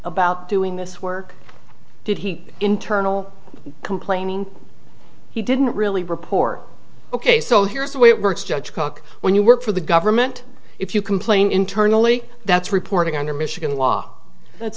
about doing this work did he internal complaining he didn't really report ok so here's the way it works judge cook when you work for the government if you complain internally that's reporting under michigan law that's